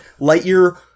Lightyear